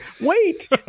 Wait